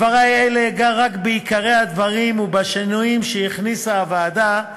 בדברי אלה אגע רק בעיקרי הדברים ובשינויים שהכניסה הוועדה.